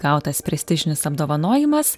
gautas prestižinis apdovanojimas